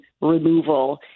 removal